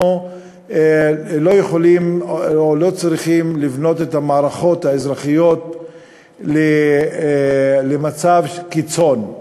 לא יכולים או לא צריכים לבנות את המערכות האזרחיות למצב קיצון,